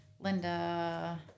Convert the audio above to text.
Linda